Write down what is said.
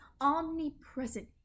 omnipresent